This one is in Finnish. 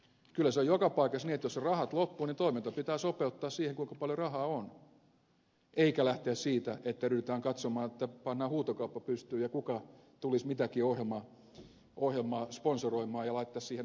kyllä se on joka paikassa niin että jos rahat loppuu toiminta pitää sopeuttaa siihen kuinka paljon rahaa on eikä lähteä siitä että ryhdytään katsomaan että pannaan huutokauppa pystyyn kuka tulisi mitäkin ohjelmaa sponsoroimaan ja laittaisi siihen omaa rahaa